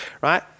right